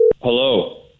Hello